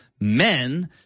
men